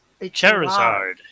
Charizard